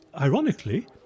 ironically